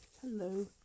hello